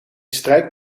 strijk